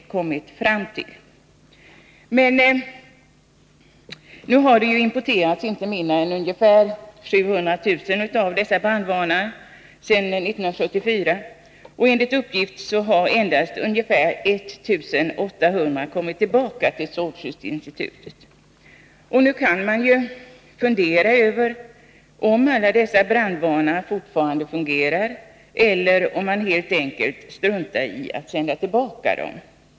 Sedan 1974 har det importerats inte mindre än ungefär 700 000 av dessa brandvarnare. Enligt uppgift har endast ca 1800 kommit tillbaka till strålskyddsinstitutet. Man kan fundera över om alla dessa brandvarnare fortfarande fungerar eller om folk helt enkelt struntar i att sända tillbaka dem.